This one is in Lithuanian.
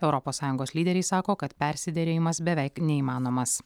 europos sąjungos lyderiai sako kad persiderėjimas beveik neįmanomas